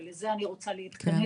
בגלל זה אני רוצה להתכנס,